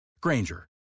Granger